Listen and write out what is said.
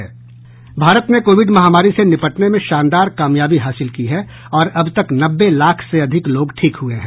भारत ने कोविड महामारी से निपटने में शानदार कामयाबी हासिल की है और अब तक नब्बे लाख से अधिक लोग ठीक हुए हैं